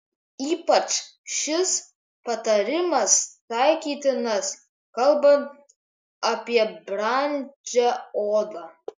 ypač šis patarimas taikytinas kalbant apie brandžią odą